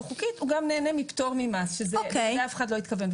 חוקית אלא הוא גם נהנה מפטור ממס שלזה אף אחד לא התכוון.